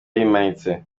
yimanitse